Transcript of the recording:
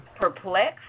perplexed